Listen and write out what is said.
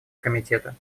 комитета